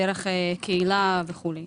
דרך קהילה וכו'.